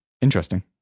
Interesting